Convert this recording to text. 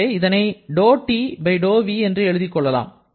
எனவே இதனை ∂T∂v என்று எழுதிக் கொள்ளலாம்